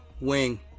wing